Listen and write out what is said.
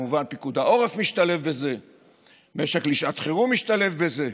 כמובן שפיקוד העורף משתלב בזה ומשק לשעת חירום משתלב בזה.